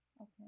Okay